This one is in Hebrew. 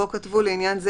"לעניין זה,